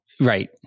Right